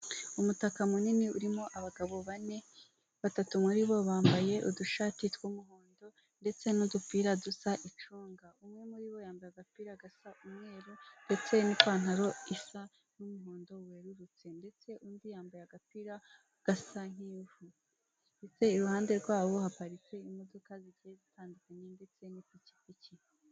Umutaka munini urimo abagabo bane, batatu muri bo bambaye udushati tw'umuhondo ndetse n'udupira dusa icunga, umwe muri bo yambaye agapira gasa umweru ndetse n'ipantaro isa n'umuhondo werurutse ndetse undi yambaye agapira gasa nk'ivu ndetse iruhande rwabo haparitse imodoka ziteye zitandukanye ndetse n'ipikipiki.